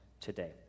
today